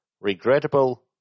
Regrettable